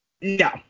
No